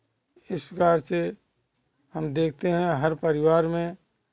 इस प्रकार से हम देखते हैं हर परिवार में